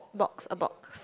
box a box